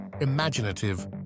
imaginative